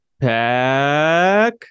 Pack